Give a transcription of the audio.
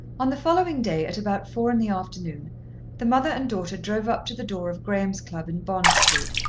on the following day at about four in the afternoon the mother and daughter drove up to the door of graham's club in bond street,